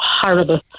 horrible